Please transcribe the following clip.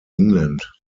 england